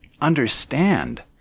understand